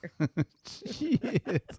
Jeez